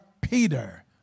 Peter